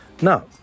Now